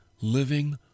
living